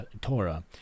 Torah